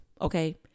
okay